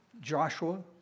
Joshua